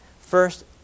First